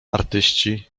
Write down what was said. artyści